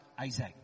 Isaac